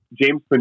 James